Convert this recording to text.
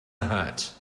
hat